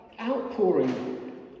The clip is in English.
outpouring